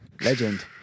Legend